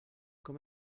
com